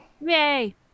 Yay